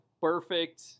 perfect